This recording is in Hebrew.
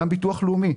גם ביטוח לאומי.